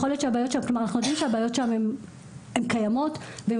אנחנו יודעים שהבעיות שם הן קיימות והן